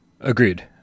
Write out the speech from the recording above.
Agreed